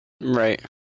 Right